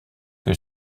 que